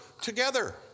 together